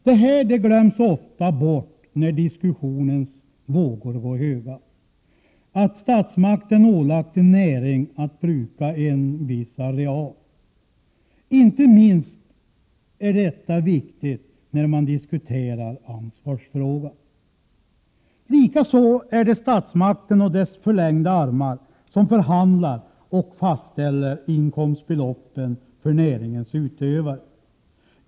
Detta med att statsmakten ålagt en näring att bruka en viss areal glöms ofta bort när diskussionens vågor går höga. Detta är inte minst viktigt att komma ihåg när man diskuterar ansvarsfrågan. Likaså är det statsmakten och dess förlängda armar som förhandlar och som fastställer inkomstbeloppen för näringens utövare.